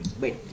Wait